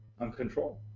uncontrolled